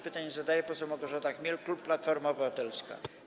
Pytanie zadaje poseł Małgorzata Chmiel, klub Platforma Obywatelska.